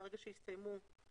מהרגע שהסתיים התוקף,